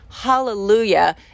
hallelujah